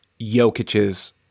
Jokic's